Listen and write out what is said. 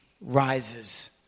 rises